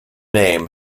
name